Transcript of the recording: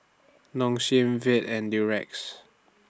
Nong Shim Veet and Durex